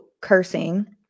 cursing